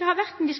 Denne